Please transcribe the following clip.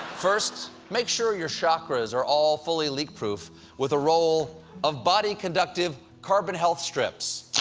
first, make sure your chakras are all fully leakproof with a roll of body-conductive carbon health strips.